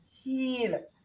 heal